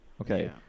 Okay